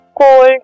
cold